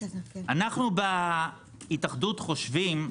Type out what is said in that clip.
אנו בהתאחדות חושבים,